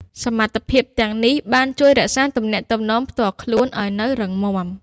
សមត្ថភាពទាំងនេះបាន ជួយរក្សាទំនាក់ទំនងផ្ទាល់ខ្លួនឲ្យនៅរឹងមាំ។